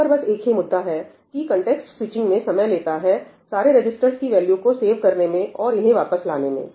यहां पर बस एक ही मुद्दा है कि यह कन्टेक्स्ट स्विचिंग में समय लेता है सारे रजिस्ट्रर् की वैल्यूस को सेव करने में और इन्हें वापस लाने में